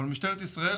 אבל משטרת ישראל,